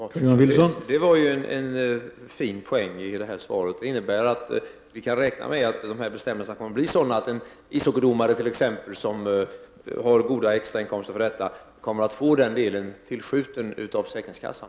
Herr talman! Det var ju ett fint besked i det svaret. Det innebär att vi kan få räkna med att bestämmelserna kommer att bli sådana att t.ex. en ishockeydomare som har goda extrainkomster kommer att få ersättning för dessa inkomster av försäkringskassan.